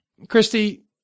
Christy